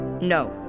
No